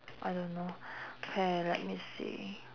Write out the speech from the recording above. I don't know okay let me see